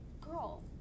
Girl